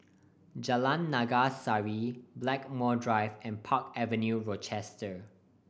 Jalan Naga Sari Blackmore Drive and Park Avenue Rochester